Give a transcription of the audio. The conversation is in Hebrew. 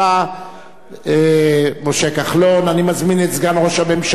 אני מזמין את סגן ראש הממשלה ושר הפנים אלי